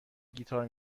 گیتار